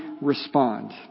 respond